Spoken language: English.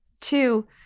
two